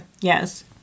yes